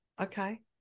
Okay